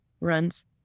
runs